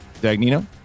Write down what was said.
Dagnino